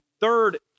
third